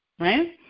right